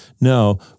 no